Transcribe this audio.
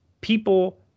People